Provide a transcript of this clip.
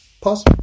Pause